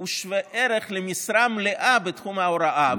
הוא שווה ערך למשרה מלאה בתחום ההוראה.